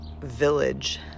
village